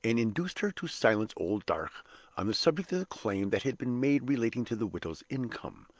and induced her to silence old darch on the subject of the claim that had been made relating to the widow's income.